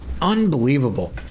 unbelievable